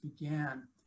began